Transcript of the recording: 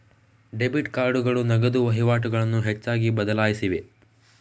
debit ಕಾರ್ಡುಗಳು ನಗದು ವಹಿವಾಟುಗಳನ್ನು ಹೆಚ್ಚಾಗಿ ಬದಲಾಯಿಸಿವೆ